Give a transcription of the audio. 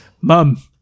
mom